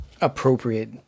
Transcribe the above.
appropriate